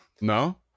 No